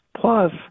plus